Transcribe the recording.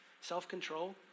self-control